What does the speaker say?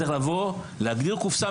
צריך להגדיר קופסה,